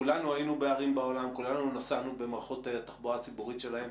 כולנו היינו בערים בעולם וכולנו נסענו במערכות תחבורה ציבורית שלהם.